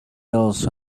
else